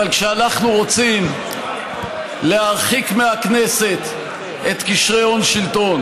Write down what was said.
אבל כשאנחנו רוצים להרחיק מהכנסת את קשרי הון שלטון,